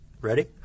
Ready